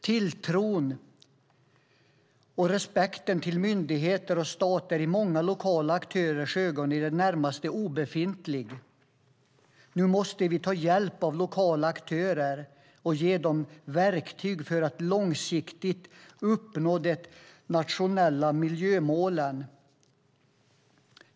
Tilltron till och respekten för myndigheter och stat är hos många lokala aktörer i det närmaste obefintliga. Nu måste vi ta hjälp av lokala aktörer och ge dem verktyg för att långsiktigt uppnå de nationella miljömålen.